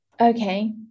Okay